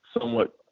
somewhat